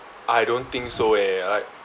I don't think so eh like